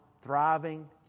thriving